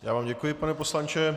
Já vám děkuji, pane poslanče.